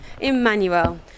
emmanuel